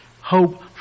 hope